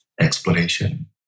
exploration